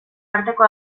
arteko